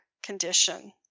condition